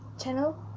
channel